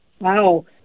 Wow